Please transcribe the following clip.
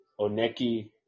Oneki